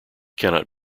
cannot